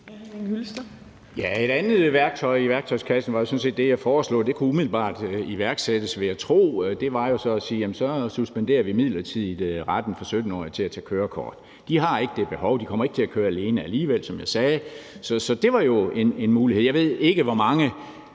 et andet værktøj i værktøjskassen var jo sådan set det, jeg foreslog. Det kunne umiddelbart iværksættes, vil jeg tro. Det handler jo så om at sige, at vi så midlertidigt suspenderer 17-åriges ret til at tage kørekort. De har ikke det behov. De kommer ikke til at køre alene alligevel, som jeg sagde. Så det var jo en mulighed. Jeg ved ikke, hvor mange